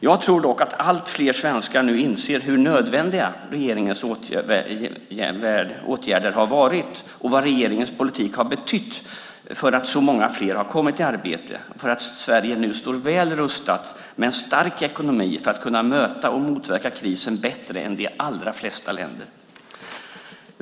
Jag tror dock att allt fler svenskar nu inser hur nödvändiga regeringens åtgärder har varit och vad regeringens politik har betytt för att så många fler har kommit i arbete och för att Sverige nu står väl rustat med en stark ekonomi för att kunna möta och motverka krisen bättre än de allra flesta länder.